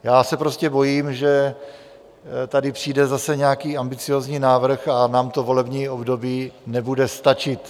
Já se prostě bojím, že tady přijde zase nějaký ambiciózní návrh a nám to volební období nebude stačit.